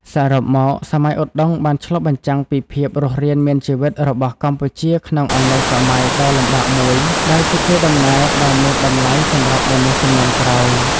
សរុបមក សម័យឧដុង្គបានឆ្លុះបញ្ចាំងពីភាពរស់រានមានជីវិតរបស់កម្ពុជាក្នុងអំឡុងសម័យដ៏លំបាកមួយ ដែលជាកេរដំណែលដ៏មានតម្លៃសម្រាប់មនុស្សជំនាន់ក្រោយ។